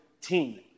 team